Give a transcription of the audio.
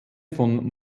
von